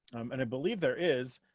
and i believe there is